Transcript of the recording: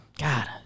God